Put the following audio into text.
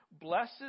blesses